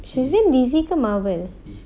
shazam D_C ke Marvel